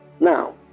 Now